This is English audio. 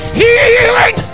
healing